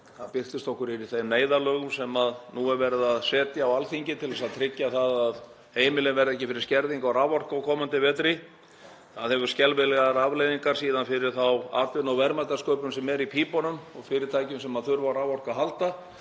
Það birtist okkur í þeim neyðarlögum sem nú er verið að setja á Alþingi til að tryggja að heimilin verði ekki fyrir skerðingu á raforku á komandi vetri. Það hefur síðan skelfilegar afleiðingar fyrir þá atvinnu- og verðmætasköpun sem er í pípunum og hjá fyrirtækjum sem þurfa á raforku að halda.